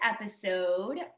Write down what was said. episode